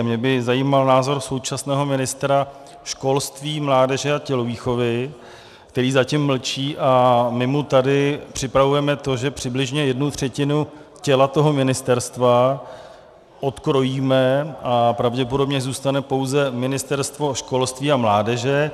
Mě by zajímal názor současného ministra školství, mládeže a tělovýchovy, který zatím mlčí, a my mu tady připravujeme to, že přibližně jednu třetinu těla toho ministerstva odkrojíme a pravděpodobně zůstane pouze Ministerstvo školství a mládeže.